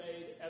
made